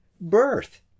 birth